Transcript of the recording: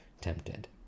tempted